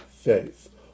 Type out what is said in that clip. faith